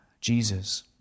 Jesus